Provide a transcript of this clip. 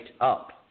up